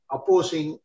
Opposing